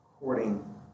according